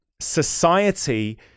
society